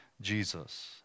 Jesus